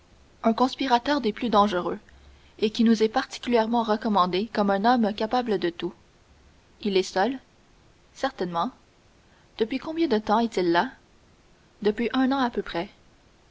un conspirateur des plus dangereux et qui nous est particulièrement recommandé comme un homme capable de tout il est seul certainement depuis combien de temps est-il là depuis un an à peu près